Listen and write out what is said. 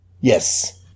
Yes